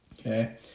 okay